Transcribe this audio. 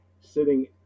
sitting